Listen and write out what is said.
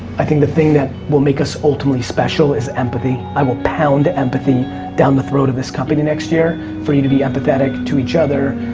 i think the thing that will make us ultimately special is empathy. i will pound empathy down the throat of this company next year, for you to be empathetic to each other,